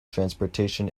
transportation